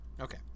Okay